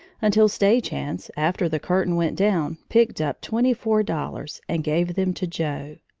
until stage hands, after the curtain went down, picked up twenty-four dollars and gave them to joe.